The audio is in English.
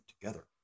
together